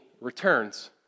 returns